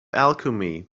alchemy